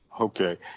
Okay